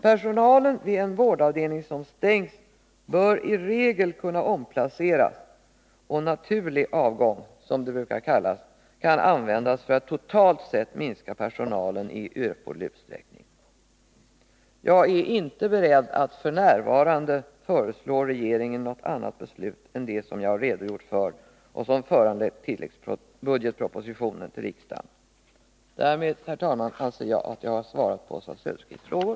Personalen vid en vårdavdelning som stängt bör i regel kunna omplaceras, och naturlig avgång, som det brukar kallas, bör kunna användas för att totalt sett minska personalen i erforderlig utsträckning. Jagär inte beredd att f. n. föreslå regeringen något annat beslut än det som jag har redogjort för och som föranlett tilläggsbudgetpropositionen till riksdagen. Därmed, herr talman, anser jag mig ha besvarat Oswald Söderqvists frågor.